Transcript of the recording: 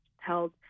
held